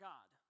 God